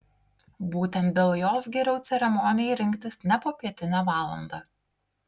būtent dėl jos geriau ceremonijai rinktis ne popietinę valandą